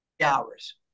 hours